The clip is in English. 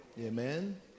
Amen